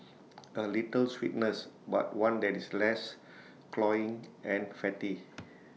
A little sweetness but one that is less cloying and fatty